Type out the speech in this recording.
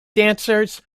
dancers